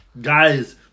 Guys